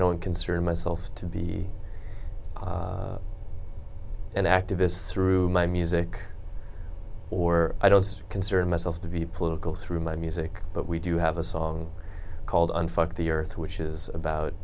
don't consider myself to be an activist through my music or i don't consider myself to be political through my music but we do have a song called on fuck the earth which is about